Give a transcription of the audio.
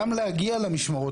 גם להגיע אליהן.